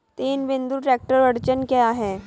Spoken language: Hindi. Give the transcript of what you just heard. तीन बिंदु ट्रैक्टर अड़चन क्या है?